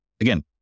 again